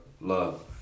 Love